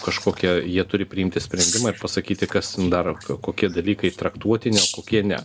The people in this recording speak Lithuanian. kažkokia jie turi priimti sprendimą ir pasakyti kas daro kokie dalykais traktuotinio kokie ne